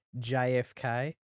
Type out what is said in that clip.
JFK